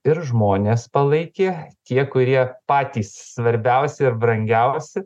ir žmonės palaikė tie kurie patys svarbiausi ir brangiausi